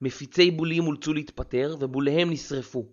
מפיצי בולים הולצו להתפטר ובוליהם נשרפו